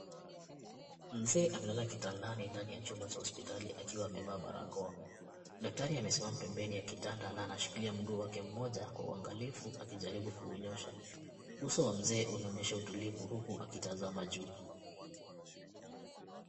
Mzee amelala kitandani ndani ya chumba cha hospitali akiwa amevaa barakoa. Daktari amesimama pembeni ya kitanda na anashikilia mguu wake mmoja kwa uangalifu akijaribu kuunyosha. Uso wa mzee unaonyesha utulivu huku akitazama juu.